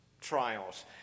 trials